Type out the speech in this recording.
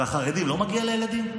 אצל החרדים לא מגיע לילדים?